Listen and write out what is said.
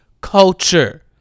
culture